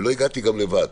ולא הגעתי לבד,